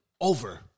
Over